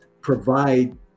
provide